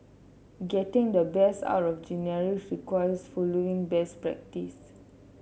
getting the best out of requires following best practice